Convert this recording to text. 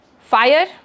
fire